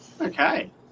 Okay